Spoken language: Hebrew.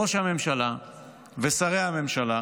בזמן מלחמה ראש הממשלה ושרי הממשלה